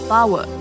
Power